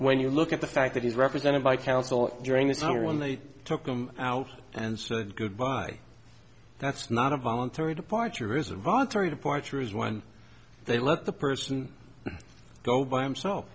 when you look at the fact that he's represented by counsel during the summer when they took him out and said goodbye that's not a voluntary departure is a voluntary departure is when they let the person go by himself